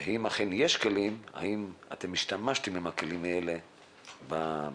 ואם אכן יש כלים האם אתם השתמשתם בכלים האלה בעניין.